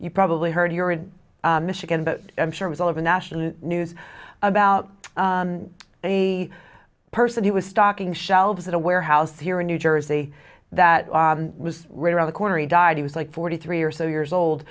you probably heard here in michigan but i'm sure was all of a national news about a person who was stocking shelves at a warehouse here in new jersey that was right around the corner he died he was like forty three or so years old